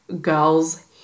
girls